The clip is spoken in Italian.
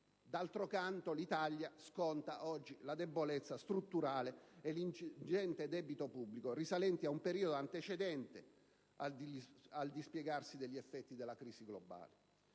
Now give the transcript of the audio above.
D'altro canto, l'Italia sconta oggi la debolezza strutturale e l'ingente debito pubblico risalenti ad un periodo antecedente al dispiegarsi degli effetti della crisi globale.